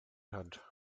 had